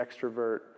extrovert